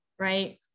right